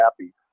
happy